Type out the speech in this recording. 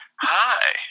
Hi